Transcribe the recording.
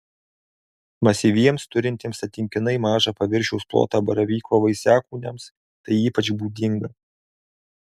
masyviems turintiems santykinai mažą paviršiaus plotą baravyko vaisiakūniams tai ypač būdinga